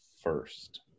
first